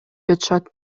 жатышат